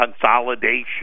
consolidation